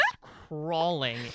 crawling